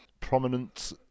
prominent